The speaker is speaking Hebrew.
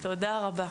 כן, תודה רבה.